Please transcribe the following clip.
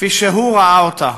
כפי שהוא ראה אותה.